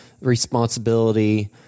responsibility